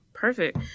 Perfect